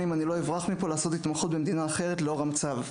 אם אני לא אברח מפה לעשות התמחות במדינה אחרת לאור המצב.